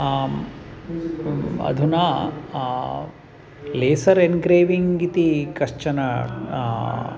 अधुना laser engraving इति कश्चन